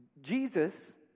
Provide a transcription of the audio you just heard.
Jesus